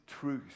truth